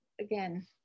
again